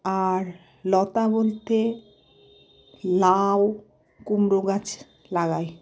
আর লতা বলতে লাউ কুমড়ো গাছ লাগাই